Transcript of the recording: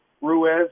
Ruiz